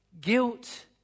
guilt